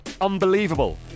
unbelievable